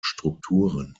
strukturen